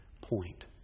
point